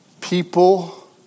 People